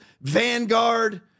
vanguard